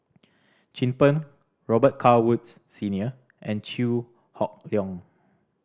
Chin Peng Robet Carr Woods Senior and Chew Hock Leong